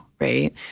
right